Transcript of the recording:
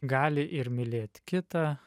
gali ir mylėt kitą